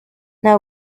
nta